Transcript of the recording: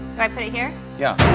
i put it here? yeah.